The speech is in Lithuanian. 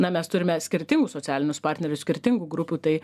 na mes turime skirtingus socialinius partnerius skirtingų grupių tai